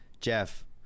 Jeff